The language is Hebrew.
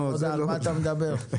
על מה אתה מדבר?